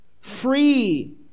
Free